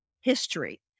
history